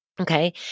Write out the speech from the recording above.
Okay